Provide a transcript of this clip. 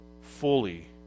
fully